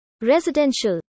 Residential